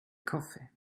coffee